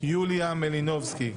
יוליה מלינובסקי.